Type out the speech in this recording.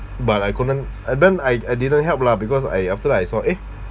but I couldn't and then I I didn't help lah because I after I saw eh